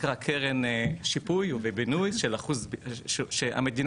שנקרא קרן שיפוי או בינוי, שאנחנו